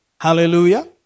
Hallelujah